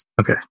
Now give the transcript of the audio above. okay